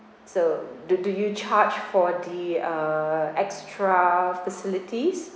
so do do you charge for the uh extra facilities